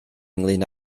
ynglŷn